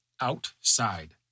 outside